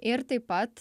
ir taip pat